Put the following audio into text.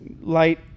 light